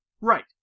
Right